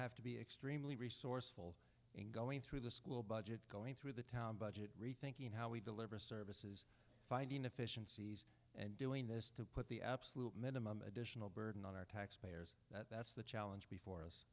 have to be extremely resourceful in going through the school budget going through the town budget rethinking how we deliver services finding efficiencies and doing this to put the absolute minimum additional burden on our taxpayers that's the challenge before